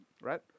right